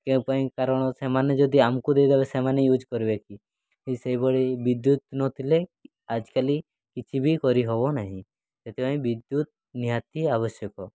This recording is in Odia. କେଉଁ ପାଇଁ କାରଣ ସେମାନେ ଯଦି ଆମକୁ ଦେଇଦେବେ ସେମାନେ ୟୁଜ୍ କରିବେ କି ସେହିଭଳି ବିଦ୍ୟୁତ୍ ନଥିଲେ ଆଜିକାଲି କିଛି ବି କରିହେବ ନାହିଁ ସେଥିପାଇଁ ବିଦ୍ୟୁତ୍ ନିହାତି ଆବଶ୍ୟକ